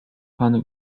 pan